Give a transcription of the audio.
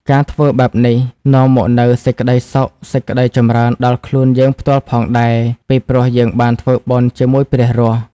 ការធ្វើបែបនេះនាំមកនូវសេចក្តីសុខ សេចក្តីចម្រើនដល់ខ្លួនយើងផ្ទាល់ផងដែរ ពីព្រោះយើងបានធ្វើបុណ្យជាមួយព្រះរស់។